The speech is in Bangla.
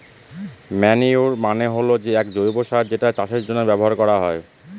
ম্যানইউর মানে হল এক জৈব সার যেটা চাষের জন্য ব্যবহার করা হয়